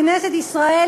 כנסת ישראל,